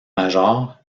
major